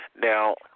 Now